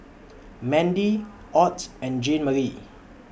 Mandie Ott and Jeanmarie